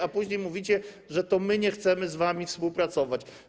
A później mówicie, że to my nie chcemy z wami współpracować.